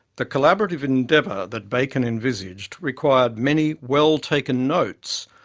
the collaborative endeavour that bacon envisaged required many well-taken notes,